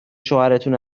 شوهرتون